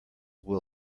will